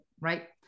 Right